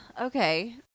okay